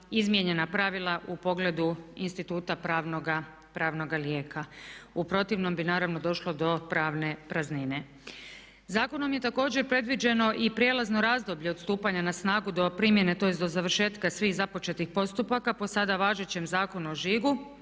izmijenjena pravila u pogledu instituta pravnoga lijeka. U protivnom bi naravno došlo do pravne praznine. Zakonom je također predviđeno i prijelazno razdoblje od stupanja na snagu do primjene, tj. do završetka svih započetih postupaka po sada važećem Zakonu o žigu